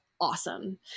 awesome